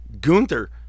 Gunther –